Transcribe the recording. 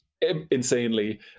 insanely